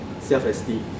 self-esteem